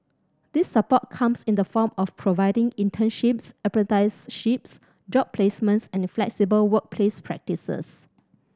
this support comes in the form of providing internships apprenticeships job placements and flexible workplace practices